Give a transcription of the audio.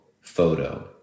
photo